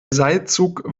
seilzug